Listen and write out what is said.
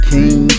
King